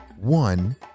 one